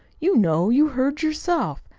you know. you heard yourself.